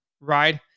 right